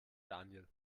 daniel